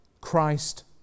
Christ